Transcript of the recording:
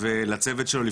ולצוות שלו,